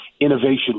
innovation